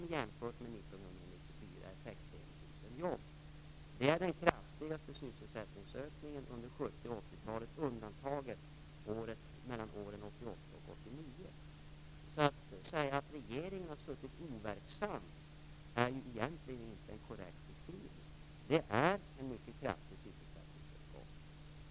Att regeringen skulle ha suttit overksam är alltså inte en korrekt beskrivning. Det här är en mycket kraftig sysselsättningsuppgång.